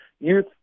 Youth